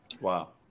Wow